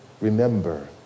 remember